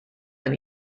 than